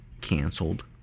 canceled